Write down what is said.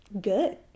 good